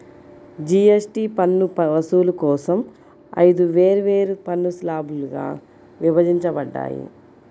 GST పన్ను వసూలు కోసం ఐదు వేర్వేరు పన్ను స్లాబ్లుగా విభజించబడ్డాయి